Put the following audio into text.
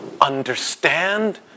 Understand